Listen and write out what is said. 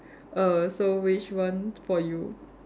err so which one for you